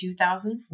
2004